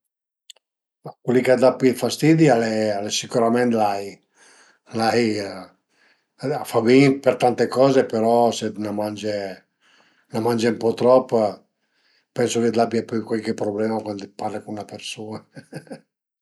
Cul li ch'a da pi fastidi al e al e sicüment l'ai, l'ai a fa bin për tante coze però së t'ne mange, ne mange ën po trop pensu che l'abie pöi cualc problema cuand parle cun 'na persun-a